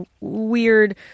weird